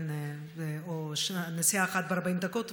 או נסיעה אחת ב-40 דקות,